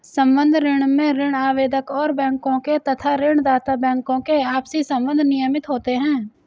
संबद्ध ऋण में ऋण आवेदक और बैंकों के तथा ऋण दाता बैंकों के आपसी संबंध नियमित होते हैं